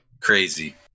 Crazy